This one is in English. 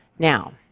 now,